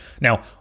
Now